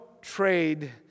trade